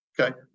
okay